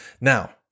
Now